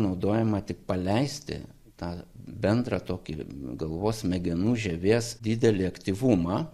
naudojama tik paleisti tą bendrą tokį galvos smegenų žievės didelį aktyvumą